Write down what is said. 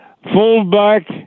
Fullback